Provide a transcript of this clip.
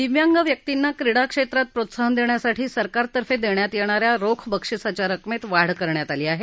दिव्यांग व्यर्तींना क्रीडा क्षेत्रात प्रोत्साहन देण्यासाठी सरकारतर्फे देण्यात येणा या रोख बक्षिसाच्या रकमेत वाढ करण्यात आली आहे